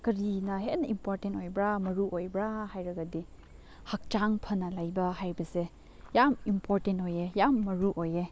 ꯀꯔꯤꯅ ꯍꯦꯟꯅ ꯏꯝꯄꯣꯔꯇꯦꯟ ꯑꯣꯏꯕ꯭ꯔꯥ ꯃꯔꯨꯑꯣꯏꯕ꯭ꯔꯥ ꯍꯥꯏꯔꯒꯗꯤ ꯍꯛꯆꯥꯡ ꯐꯅ ꯂꯩꯕ ꯍꯥꯏꯕꯁꯦ ꯌꯥꯝ ꯏꯝꯄꯣꯔꯇꯦꯟ ꯑꯣꯏꯌꯦ ꯌꯥꯝ ꯃꯔꯨꯣꯏꯌꯦ